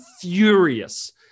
furious